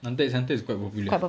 Hunter X Hunter is quite popular